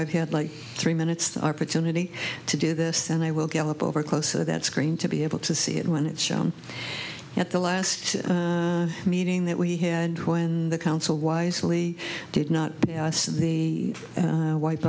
i've had like three minutes the opportunity to do this and i will gallop over closer that screen to be able to see it when it's shown at the last meeting that we had when the council wisely did not see the